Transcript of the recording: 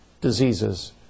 diseases